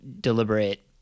deliberate